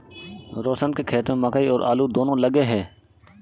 रोशन के खेत में मकई और आलू दोनो लगे हैं